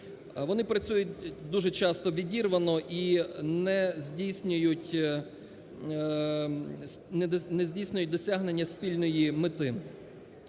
Вони працюють дуже часто відірвано і не здійснюють досягнення спільної мети.